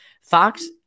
Fox